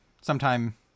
sometime